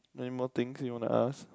anymore things you want to ask